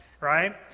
right